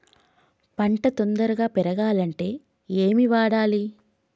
పంట తొందరగా పెరగాలంటే ఏమి వాడాలి?